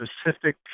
specific